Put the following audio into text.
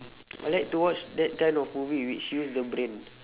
I like to watch that kind of movie which use the brain